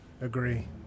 agree